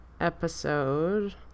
episode